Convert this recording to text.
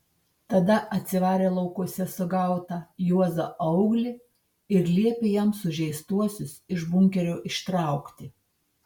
tada atsivarė laukuose sugautą juozą auglį ir liepė jam sužeistuosius iš bunkerio ištraukti